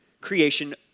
creation